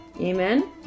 Amen